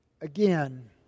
Again